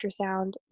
ultrasound